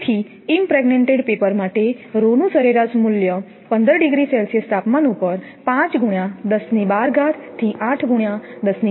તેથી impregnated paper માટે ρ નું સરેરાશ મૂલ્ય 5×1012 થી 8×1012 Ω